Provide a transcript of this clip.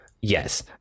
Yes